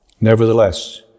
Nevertheless